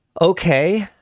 Okay